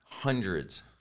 Hundreds